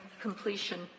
completion